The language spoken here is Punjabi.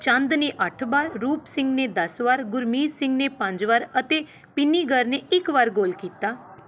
ਚੰਦ ਨੇ ਅੱਠ ਵਾਰ ਰੂਪ ਸਿੰਘ ਨੇ ਦਸ ਵਾਰ ਗੁਰਮੀਤ ਸਿੰਘ ਨੇ ਪੰਜ ਵਾਰ ਅਤੇ ਪਿੰਨੀਗਰ ਨੇ ਇੱਕ ਵਾਰ ਗੋਲ ਕੀਤਾ